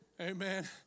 Amen